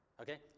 Okay